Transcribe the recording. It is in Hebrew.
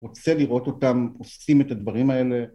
רוצה לראות אותם עושים את הדברים האלה